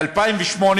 ב-2008,